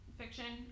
fiction